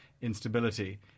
instability